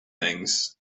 things